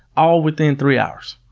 all within three hours.